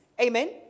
Amen